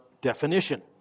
definition